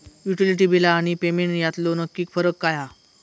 Utility बिला आणि payment यातलो नक्की फरक काय हा?